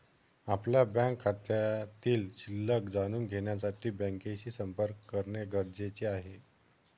आपल्या बँक खात्यातील शिल्लक जाणून घेण्यासाठी बँकेशी संपर्क करणे गरजेचे आहे